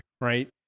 right